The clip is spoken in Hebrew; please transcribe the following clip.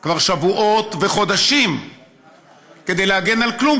כבר שבועות וחודשים כדי להגן על כלום,